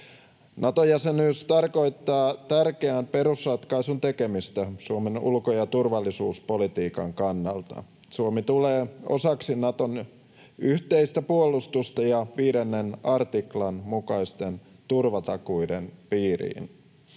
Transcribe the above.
Nato-jäsenyys tarkoittaa tärkeän perusratkaisun tekemistä Suomen ulko- ja turvallisuuspolitiikan kannalta: Suomi tulee osaksi Naton yhteistä puolustusta ja 5 artiklan mukaisten turvatakuiden piiriin.